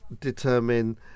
determine